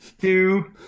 two